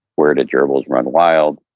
where do gerbils run wild,